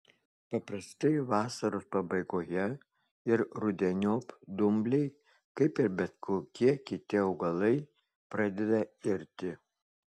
paprastai vasaros pabaigoje ir rudeniop dumbliai kaip ir bet kokie kiti augalai pradeda irti